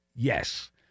Yes